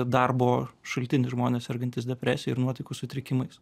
darbo šaltinis žmonės sergantys depresija ir nuotaikų sutrikimais